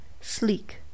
sleek